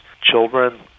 children